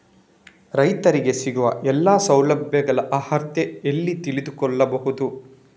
ರೈತರಿಗೆ ಸಿಗುವ ಎಲ್ಲಾ ಸೌಲಭ್ಯಗಳ ಅರ್ಹತೆ ಎಲ್ಲಿ ತಿಳಿದುಕೊಳ್ಳಬಹುದು?